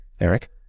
Eric